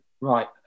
Right